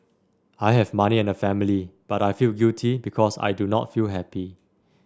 I have money and a family but I feel guilty because I do not feel happy